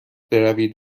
بروید